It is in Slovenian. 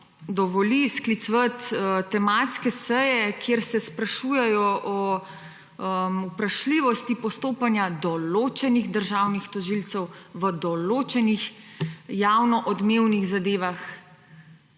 dovoli sklicevati tematske seje, kjer se sprašujejo o vprašljivosti postopanja določenih državnih tožilcev v določenih javno odmevnih zadevah,